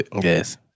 Yes